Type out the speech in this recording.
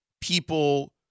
people